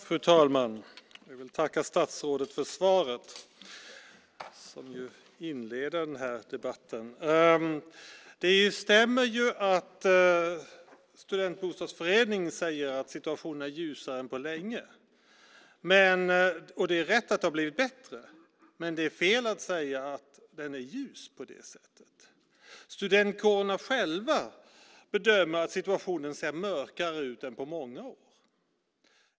Fru talman! Jag vill tacka statsrådet för svaret som inleder debatten. Det stämmer att Studentbostadsföreningen säger att situationen är ljusare än på länge. Och det är rätt att det har blivit bättre, men det är fel att säga att situationen är ljus på det sättet. Studentkårerna själva bedömer att situationen ser mörkare ut än på många år.